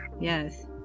Yes